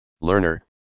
Learner